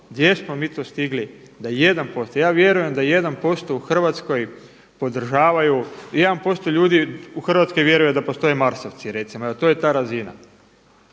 gdje smo mi to stigli da 1%, ja vjerujem da 1% u Hrvatskoj podržavaju 1% ljudi u Hrvatskoj vjeruje da postoje marsovci recimo, to je ta razina.